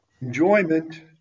enjoyment